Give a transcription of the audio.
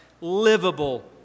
livable